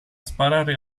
sparare